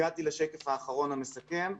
הגעתי לשקף האחרון והמסכם.